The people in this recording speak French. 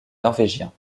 norvégiens